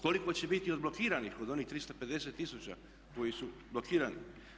Koliko će biti odblokiranih od onih 350 tisuća koji su blokirani?